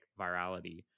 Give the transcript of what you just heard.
virality